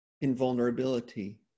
invulnerability